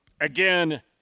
Again